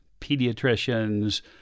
pediatricians